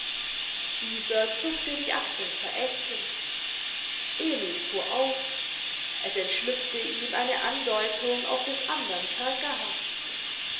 dieser zuckte die achseln verächtlich emil fuhr auf es entschlüpfte ihm eine andeutung auf des andern